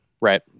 Right